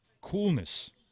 coolness